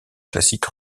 classique